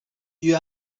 you